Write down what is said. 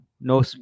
no